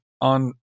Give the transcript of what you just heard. on